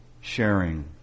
sharing